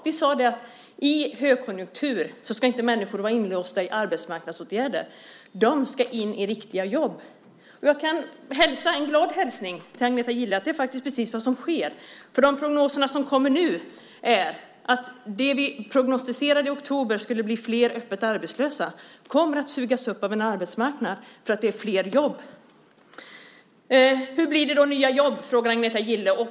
Vi sade att i en högkonjunktur ska inte människor vara inlåsta i arbetsmarknadspolitiska åtgärder. De ska in i riktiga jobb. Jag kan ge en glad hälsning till Agneta Gille: Det är faktiskt precis vad som sker. De prognoser som kommer nu säger att det vi prognostiserade i oktober, att det skulle bli fler öppet arbetslösa, i stället kommer att sugas upp av en arbetsmarknad därför att det finns fler jobb. Hur blir det nya jobb? frågar Agneta Gille.